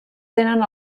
tenen